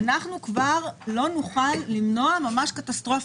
כבר לא נוכל למנוע ממש קטסטרופה,